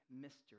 mystery